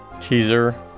teaser